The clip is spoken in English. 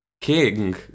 King